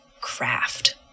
craft